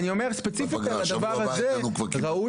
אני אומר שספציפית על הדבר הזה ראוי